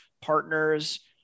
partners